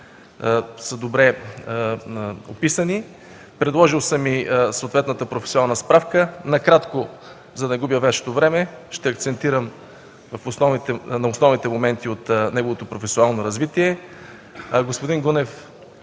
са подписани. Предложил съм и съответната професионална справка. Накратко, без да Ви губя времето, ще акцентирам на основните моменти от неговото професионално развитие. Господин Гунев